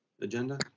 agenda